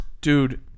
dude